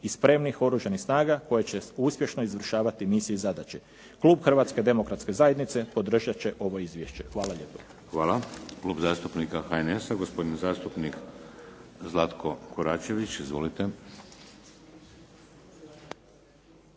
i spremnih oružanih snaga koje će uspješno izvršavati misije i zadaće. Klub Hrvatske demokratske zajednice podržat će ovo izvješće. Hvala lijepo. **Šeks, Vladimir (HDZ)** Hvala. Klub zastupnika HNS-a gospodin zastupnik Zlatko Koračević. Izvolite.